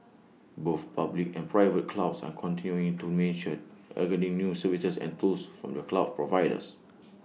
both public and private clouds are continuing to mature adding new services and tools from the cloud providers